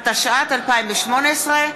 התשע"ט 2018,